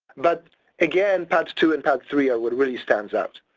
but again padd two and padd three are what really stands out.